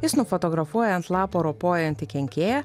jis nufotografuoja ant lapo ropojantį kenkėją